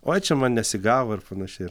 oi čia man nesigavo ir panašiai